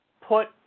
put